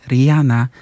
Rihanna